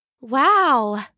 Wow